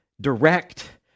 direct